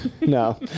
No